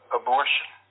abortion